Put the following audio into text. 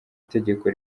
itegeko